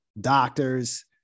doctors